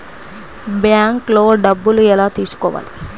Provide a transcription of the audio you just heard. బ్యాంక్లో డబ్బులు ఎలా తీసుకోవాలి?